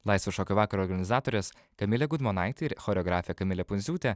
laisvo šokio vakaro organizatorės kamilė gudmonaitė ir choreografė kamilė pundziūtė